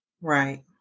Right